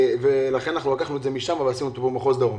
לכן לקחנו את זה משם למחוז דרום.